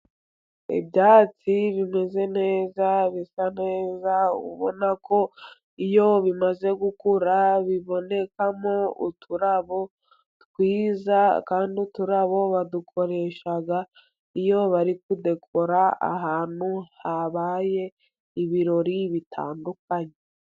Ibyatsi bimeze neza bisa neza ubona ko iyo bimaze gukura bibonekamo uturabo twiza, kandi turabo badukoresha iyo bari kudekora ahantu habaye ibirori bitandukanye.